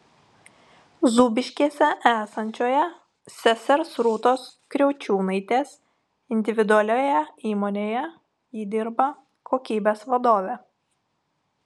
zūbiškėse esančioje sesers rūtos kriaučiūnaitės individualioje įmonėje ji dirba kokybės vadove